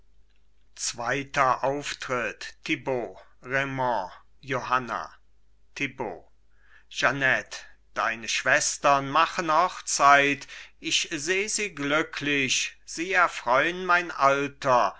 zweiter auftritt thibaut raimond johanna thibaut jeanette deine schwestern machen hochzeit ich seh sie glücklich sie erfreun mein alter